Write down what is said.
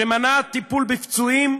שמנעה טיפול בפצועים,